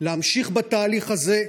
להמשיך בתהליך הזה,